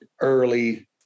early